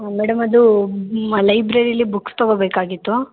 madam ಅದು ಮ ಲೈಬ್ರರಿಲ್ಲಿ ಬುಕ್ಸ್ ತೊಗೊಬೇಕಾಗಿತ್ತು